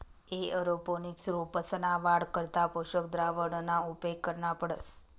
aeroponics रोपंसना वाढ करता पोषक द्रावणना उपेग करना पडस